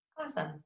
awesome